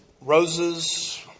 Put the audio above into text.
roses